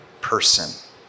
person